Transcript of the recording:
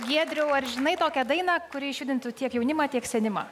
giedriau ar žinai tokią dainą kuri išjudintų tiek jaunimą tiek senimą